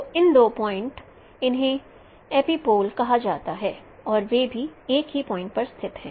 तो इन दो पॉइंट्स इन्हें एपिपोल कहा जाता है और वे भी एक ही पॉइंट पर स्थित हैं